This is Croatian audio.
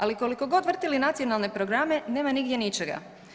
Ali kolikogod vrtili nacionalne programe nema nigdje ničega.